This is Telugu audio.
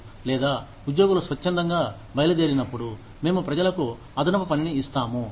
లేదా ఉద్యోగులు స్వచ్ఛందంగా బయలుదేరినప్పుడు మేము ప్రజలకు అదనపు పనిని ఇస్తాము